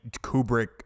Kubrick